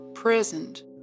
Present